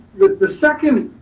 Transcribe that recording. the the second,